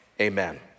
amen